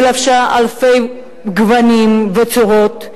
היא לבשה אלפי גוונים וצורות,